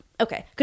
Okay